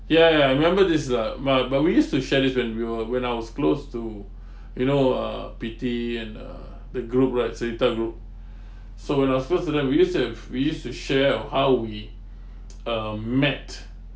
ya ya I remember this is a but but we used to share this when we were when I was close to you know uh pei tee and uh the group right selita group so when I was close to them we used to have we used to share oh how we um met